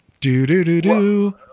Do-do-do-do